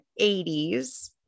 80s